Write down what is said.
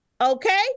Okay